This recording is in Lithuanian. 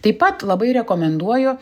taip pat labai rekomenduoju